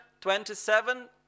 twenty-seven